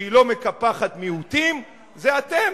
והיא לא מקפחת מיעוטים, זה אתם.